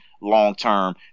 long-term